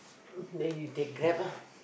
then you take Grab ah